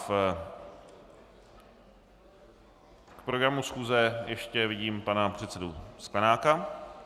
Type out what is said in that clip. K programu schůze ještě vidím pana předsedu Sklenáka.